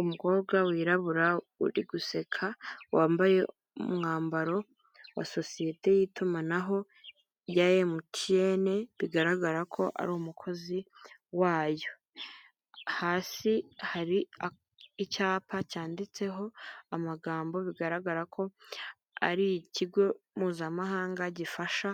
Umukobwa wirabura uri guseka, wambaye umwambaro wa sosiyete y'itumanaho ya MTN, bigaragara ko ari umukozi wayo. Hasi hari icyapa cyanditseho amagambo bigaragara ko ari ikigo mpuzamahanga gifasha